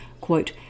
Quote